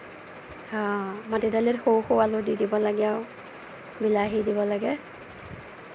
অঁ মাটি দালিত সৰু সৰু আলু দি দিব লাগে আৰু বিলাহী দিব লাগে